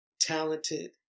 talented